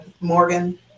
Morgan